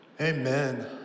Amen